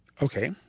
Okay